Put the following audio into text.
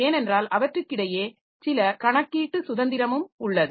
ஏனென்றால் அவற்றுக்கிடையே சில கணக்கீட்டு சுதந்திரமும் உள்ளது